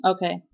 Okay